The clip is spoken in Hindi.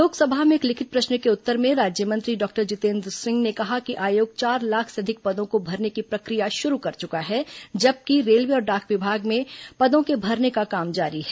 लोकसभा में एक लिखित प्रश्न के उत्तर में राज्यमंत्री डॉक्टर जितेन्द्र सिंह ने कहा कि आयोग चार लाख से अधिक पदों को भरने की प्रक्रिया शुरू कर चुका है जबकि रेलवे और डाक विभाग में पदों के भरने का काम जारी है